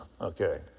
okay